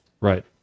Right